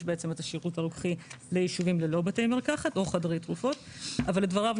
את השירות הרוקחי ליישובים ללא בתי מרקחת או חדרי תרופות אבל לדבריו,